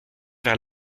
vers